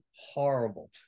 horrible